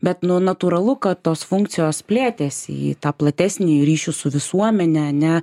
bet nu natūralu kad tos funkcijos plėtėsi į tą platesnį ryšių su visuomene ane